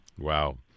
Wow